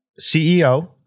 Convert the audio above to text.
CEO